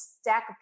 stack